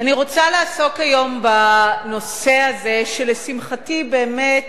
אני רוצה לעסוק היום בנושא הזה, שלשמחתי באמת